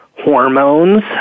hormones